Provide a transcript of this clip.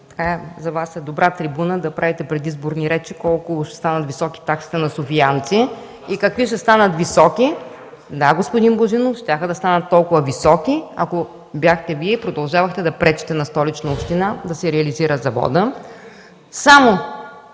за Вас е добра трибуна да правите предизборни речи колко високи ще станат таксите на софиянци и какви високи ще станат. Да, господин Божинов, щяха да станат толкова високи, ако бяхте Вие и продължавахте да пречите на Столична община да си реализира завода.